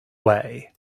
away